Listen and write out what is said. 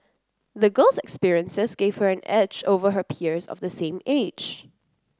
the girl's experiences gave her an edge over her peers of the same age